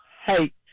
hate